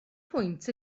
pwynt